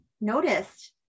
noticed